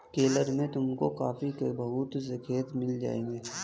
केरला में तुमको कॉफी के बहुत से खेत मिल जाएंगे